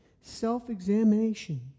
Self-examination